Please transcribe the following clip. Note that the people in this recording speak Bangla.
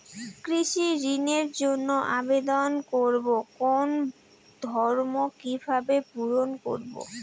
কৃষি ঋণের জন্য আবেদন করব কোন ফর্ম কিভাবে পূরণ করব?